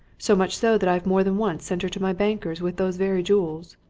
so much so that i've more than once sent her to my bankers with those very jewels.